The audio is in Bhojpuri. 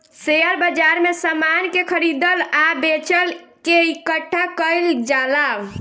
शेयर बाजार में समान के खरीदल आ बेचल के इकठ्ठा कईल जाला